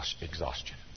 exhaustion